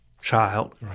child